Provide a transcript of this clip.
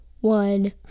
One